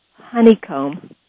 honeycomb